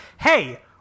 hey